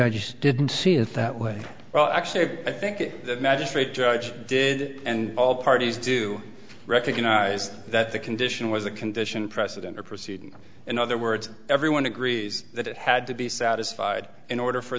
judge didn't see it that way well actually i think if the magistrate judge did and all parties do recognize that the condition was a condition precedent or proceeding in other words everyone agrees that it had to be satisfied in order for